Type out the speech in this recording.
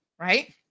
right